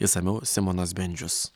išsamiau simonas bendžius